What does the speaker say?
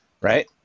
Right